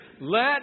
Let